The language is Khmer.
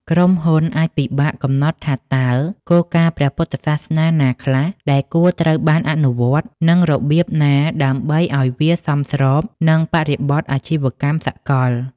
ក្រុមហ៊ុនអាចពិបាកកំណត់ថាតើគោលការណ៍ព្រះពុទ្ធសាសនាណាខ្លះដែលគួរត្រូវបានអនុវត្ត និងរបៀបណាដើម្បីឱ្យវាសមស្របនឹងបរិបទអាជីវកម្មសកល។